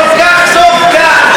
כל כך טוב כאן,